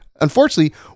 Unfortunately